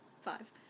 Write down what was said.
five